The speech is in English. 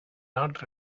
not